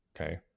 Okay